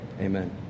Amen